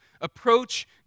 approach